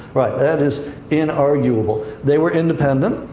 right. that is inarguable. they were independent,